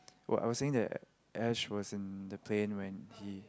what I was saying that Ash was in the plane when he